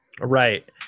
Right